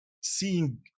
seeing